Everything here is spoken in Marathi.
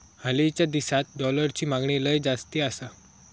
हालीच्या दिसात डॉलरची मागणी लय जास्ती आसा